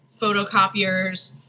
photocopiers